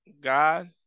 God